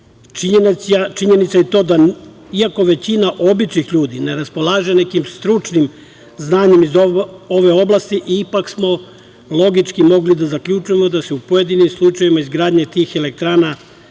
činjenica je i to da iako većina običnih ljudi ne raspolaže nekim stručnim znanjem iz ove oblasti, ipak smo logički mogli da zaključimo da se u pojedinim slučajevima izgradnje tih elektrana